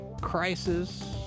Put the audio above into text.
crisis